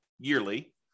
yearly